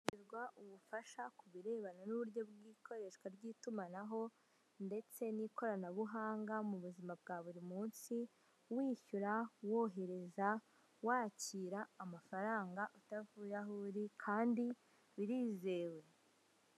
Ahatangirwa ubufasha kubirebana n'uburyo bw'ikoreshwa ry'itumanaho ndetse n'ikoranabuhanga mu buzima bwa buri munsi wishyura, wohereza, wakira amafaranga utavuye aho uri kandi birizewe.